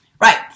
Right